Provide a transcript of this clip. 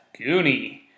Goonie